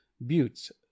buttes